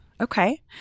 okay